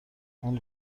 اون